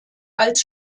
als